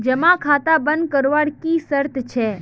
जमा खाता बन करवार की शर्त छे?